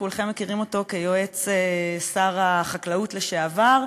כולכם מכירים אותו כיועץ שר החקלאות לשעבר,